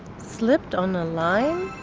slipped on a lime?